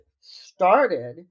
started